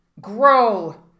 grow